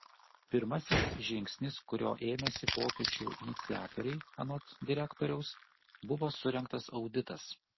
pirmasis žingsnis kurio ėmėsi pokyčių iniciatoriai anot direktoriaus buvo surengtas auditas